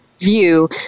view